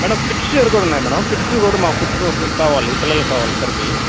madam kids wear కూడా ఉన్నాయా madam kids కూడా మా ఫుట్ కావాలి పిల్లలకి కావాలి ఇద్దరికి